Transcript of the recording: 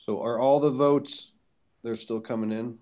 so are all the votes they're still coming in